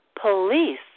police